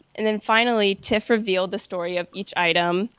and then finally, tiff revealed the story of each item,